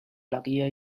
luckier